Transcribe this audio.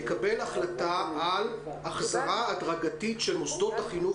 יקבל את החלטה על החזרה הדרגתית של מוסדות החינוך